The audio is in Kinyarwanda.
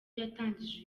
yatangije